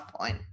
point